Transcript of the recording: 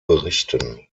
berichten